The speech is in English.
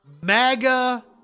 MAGA